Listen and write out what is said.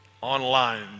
online